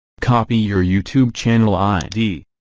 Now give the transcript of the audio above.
copy your youtube channel id